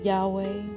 Yahweh